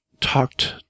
talked